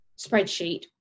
spreadsheet